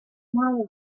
малые